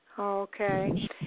Okay